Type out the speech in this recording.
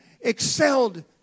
excelled